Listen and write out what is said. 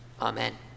Amen